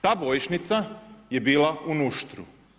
Ta bojišnica je bila u Nuštru.